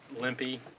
limpy